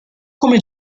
come